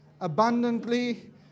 abundantly